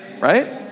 Right